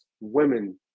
women